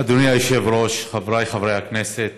אדוני היושב-ראש, חבריי חברי הכנסת,